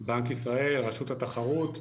בנק ישראל, הרשות לתחרות,